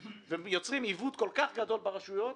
ויוצרים עיוות כל כך גדול ברשויות,